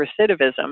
recidivism